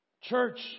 Church